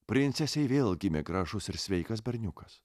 princesei vėl gimė gražus ir sveikas berniukas